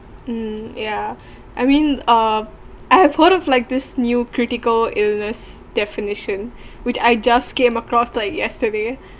hmm yeah I mean uh I have heard of like this new critical illness definition which I just came across to like yesterday